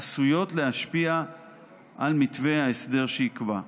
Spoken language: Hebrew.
עשויות להשפיע על מתווה ההסדר שייקבע.